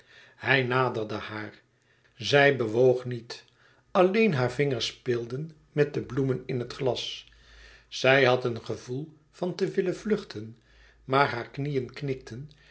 hij naderde haar zij bewoog niet alleen hare vingers speelden met de bloemen in het glas zij had een gevoel van te willen vluchten maar hare knieën knikten